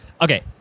Okay